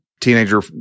teenager